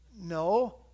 No